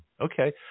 Okay